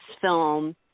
film